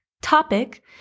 topic